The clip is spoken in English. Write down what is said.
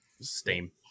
steam